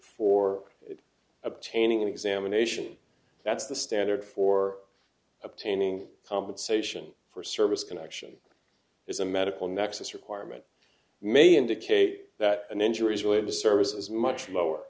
for obtaining an examination that's the standard for obtaining compensation for service connection is a medical nexus requirement may indicate that an injury is where the service is much lower